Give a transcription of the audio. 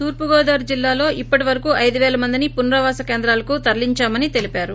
తూర్చుగోదావరి జిల్లాలో ఇప్పటివరకు ఐదుపేల మందిని పునరావాస కేంద్రాలకు తరలించామని తెలిపారు